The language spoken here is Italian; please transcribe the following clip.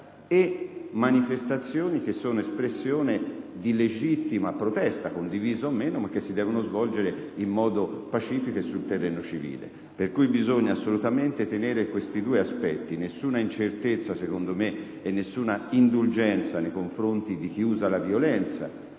e manifestazioni che sono espressione di legittima protesta, condivisa o meno, che si devono svolgere in modo pacifico e sul terreno civile. Bisogna pertanto tenere assolutamente divisi questi due aspetti. Nessuna incertezza e nessuna indulgenza nei confronti di coloro che usano la violenza